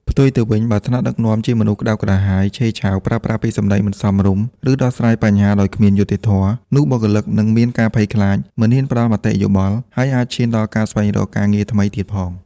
ផ្ទុយទៅវិញ បើថ្នាក់ដឹកនាំជាមនុស្សក្ដៅក្រហាយ ឆេវឆាវ ប្រើប្រាស់ពាក្យសម្ដីមិនសមរម្យ ឬដោះស្រាយបញ្ហាដោយគ្មានយុត្តិធម៌ នោះបុគ្គលិកនឹងមានការភ័យខ្លាច មិនហ៊ានផ្ដល់មតិយោបល់ ហើយអាចឈានដល់ការស្វែងរកការងារថ្មីទៀតផង។